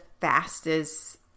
fastest